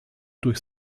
durch